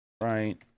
Right